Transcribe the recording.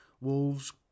Wolves